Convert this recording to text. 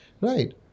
right